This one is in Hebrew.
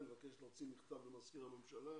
אני מבקש להוציא עוד היום מכתב למזכיר הממשלה.